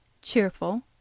cheerful